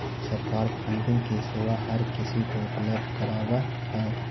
सरकार फंडिंग की सेवा हर किसी को उपलब्ध करावअ हई